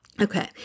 Okay